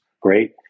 Great